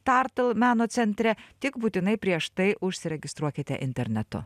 tartl meno centre tik būtinai prieš tai užsiregistruokite internetu